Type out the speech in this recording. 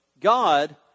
God